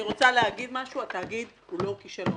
אני רוצה להגיד: התאגיד הוא לא כישלון.